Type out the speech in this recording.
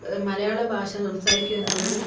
മലയാള ഭാഷ സംസാരിക്കുക എന്നതൊരു